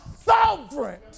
sovereign